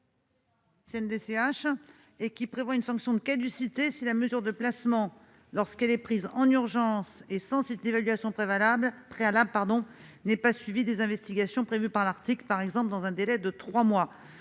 vise à prévoir une sanction de caducité si la mesure de placement, lorsqu'elle est prise en urgence et donc sans évaluation préalable, n'est pas suivie des investigations prévues par l'article dans un délai de trois mois.